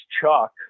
Chuck